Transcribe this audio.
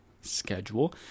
schedule